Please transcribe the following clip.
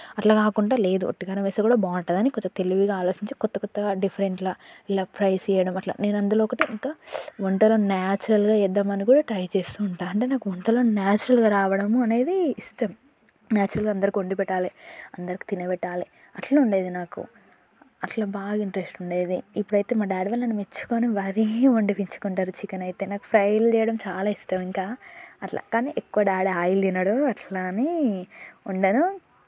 అట్లకాకుండా లేదు వట్టి కారం వేస్తే కూడా బాగుటుందని కొంచెం తెలివిగా ఆలోచించి కొత్త కొత్తగా డిఫరెంట్గా ఇలా ఫ్రైస్ చేయడం అట్లా నేను అందులో ఒకటి ఇంకా వంటలో నేచురల్గా చేద్దామని కూడా ట్రై చేస్తూ ఉంటా అంటే నాకు వంటలు నేచురల్గా రావడము అనేది ఇష్టం నేచురల్గా అందరికీ వండి పెట్టాలి అందరికీ తిని పెట్టాలి అట్లా ఉండేది నాకు అట్లా బాగా ఇంట్రెస్ట్ ఉండేది ఇప్పుడైతే మా డాడీ వాళ్ళు నన్ను మెచ్చుకొని మరీ వండిపిచ్చుకుంటారు చికెన్ అయితే నాకు ఫ్రైలు చేయడం చాలా ఇష్టం ఇంకా అట్లా కానీ ఎక్కువ డాడీ ఆయిల్ తినడు అట్లా అని వండను